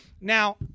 Now